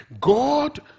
God